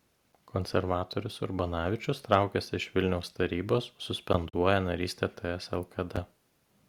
konservatorius urbonavičius traukiasi iš vilniaus tarybos suspenduoja narystę ts lkd